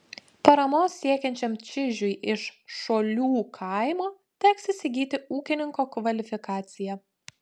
paramos siekiančiam čižiui iš šolių kaimo teks įsigyti ūkininko kvalifikaciją